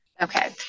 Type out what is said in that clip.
okay